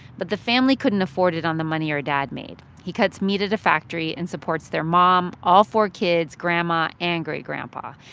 but the family couldn't afford it on the money her dad made. he cuts meat at a factory and supports their mom, all four kids, grandma and great grandpa.